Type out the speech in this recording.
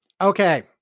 Okay